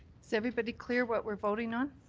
is everybody clear what we're voting on?